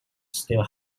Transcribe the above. still